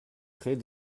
créer